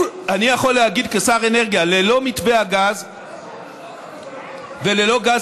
אני יכול להגיד כשר אנרגיה: ללא מתווה הגז וללא גז